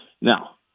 Now